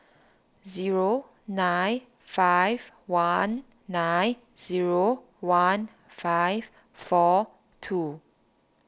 zero nine five one nine zero one five four two